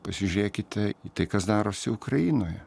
pasižiūrėkite į tai kas darosi ukrainoje